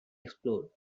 explored